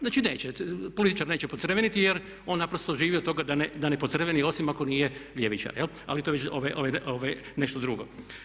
Znači neće, političar neće pocrveniti, jer on naprosto živi od toga da ne pocrveni osim ako nije ljevičar, ali to je već nešto drugo.